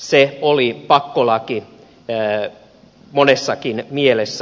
se oli pakkolaki monessakin mielessä